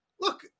look